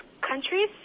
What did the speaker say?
countries